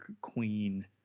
Queen